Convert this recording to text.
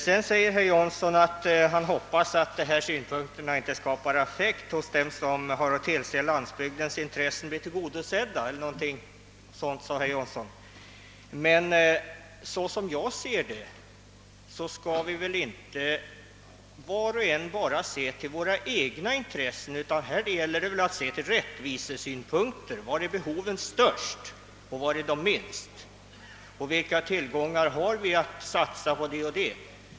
Vidare uttalade herr Jansson en förhoppning om att de synpunkter han framfört inte skulle skapa affekt hos dem som har att bevaka att landsbygdens intressen blir tillgodosedda eller hur han uttryckte det. Såvitt jag förstår bör vi inte var och en bara se till våra egna intressen, utan främst anlägga rättvisesynpunkter: Var är behoven störst och var är de minst och vilka tillgångar har vi att satsa på det ena och det andra?